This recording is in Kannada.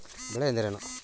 ಬೆಳೆ ಎಂದರೇನು?